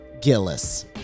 Gillis